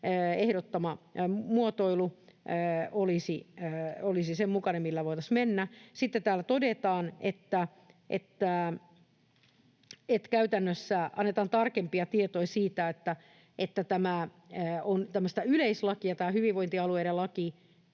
ehdottama muotoilu olisi sen mukainen, millä voitaisiin mennä. Sitten täällä todetaan, että käytännössä annetaan tarkempia tietoja, sillä tämä hyvinvointialuelaki